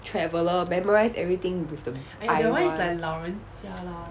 traveller memorise everything with the eye [one]